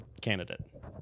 candidate